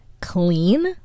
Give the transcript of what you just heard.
clean